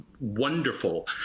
wonderful